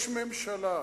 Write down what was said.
יש ממשלה,